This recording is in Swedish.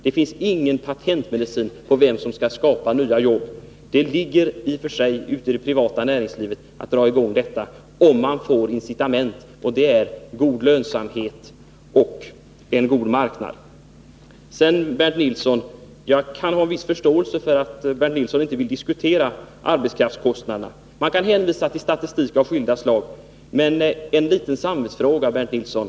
Det finns ingen patentlösning när det gäller vem som skall skapa nya jobb, men det är i och för sig ute i det privata näringslivet som man kan dra i gång verksamhet, om det finns sådana incitament som god lönsamhet och en god marknad. Jag kan ha viss förståelse för att Bernt Nilsson inte vill diskutera arbetskraftskostnaderna. Man kan hänvisa till statistik av skilda slag, men jag skulle vilja ställa en liten samvetsfråga tili Bernt Nilsson.